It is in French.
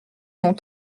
non